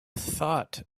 thought